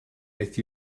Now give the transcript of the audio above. beth